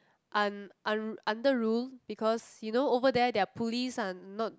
un~ un~ under rule because you know over there their police are not